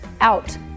Out